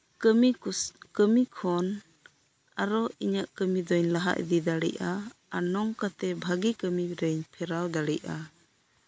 ᱠᱟᱹᱢᱤᱠᱩᱥᱤᱜ ᱠᱟᱹᱢᱤᱠᱷᱚᱱ ᱟᱨᱚ ᱤᱧᱟᱹᱜ ᱠᱟᱹᱢᱤᱫᱚᱧ ᱞᱟᱦᱟ ᱤᱫᱤ ᱫᱟᱲᱤᱭᱟᱜᱼᱟ ᱟᱨ ᱱᱚᱝᱠᱟᱛᱮ ᱵᱷᱟᱜᱤ ᱠᱟᱹᱢᱤᱨᱮᱧ ᱯᱷᱮᱨᱟᱣ ᱫᱟᱲᱤᱭᱟᱜᱼᱟ